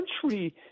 country